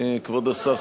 כבוד השר,